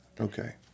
Okay